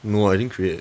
no I didn't create